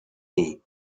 weh